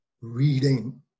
reading